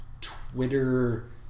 Twitter